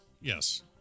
yes